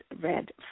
red